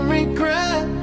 regret